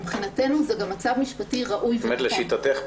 מבחינתנו זה מצב משפטי ראוי ונכון.